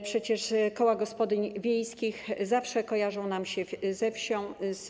Przecież koła gospodyń wiejskich zawsze kojarzą nam się ze wsią.